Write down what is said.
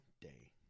Day